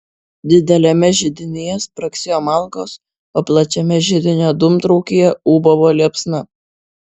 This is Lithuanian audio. dideliame židinyje spragsėjo malkos o plačiame židinio dūmtraukyje ūbavo liepsna